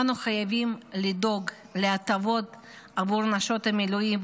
אנו חייבים לדאוג להטבות עבור נשות המילואים,